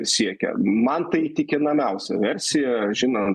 siekia man tai įtikinamiausia versija žinant